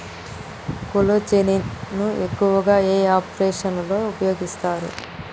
కొల్లాజెజేని ను ఎక్కువగా ఏ ఆపరేషన్లలో ఉపయోగిస్తారు?